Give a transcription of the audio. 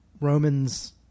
Romans